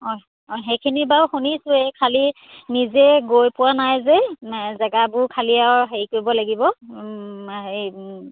অঁ অঁ সেইখিনি বাৰু শুনিছোঁ এই খালি নিজে গৈ পোৱা নাই যে জেগাবোৰ খালি আৰু হেৰি কৰিব লাগিব এই